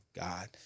God